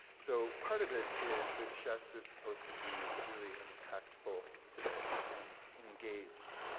so part of it is that chefs are supposed to be really impactful today, and engaged.